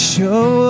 Show